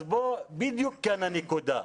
אז בוא, בדיוק כאן הנקודה.